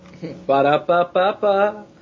Ba-da-ba-ba-ba